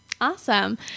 Awesome